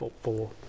four